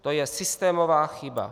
To je systémová chyba.